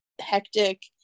hectic